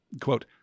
Quote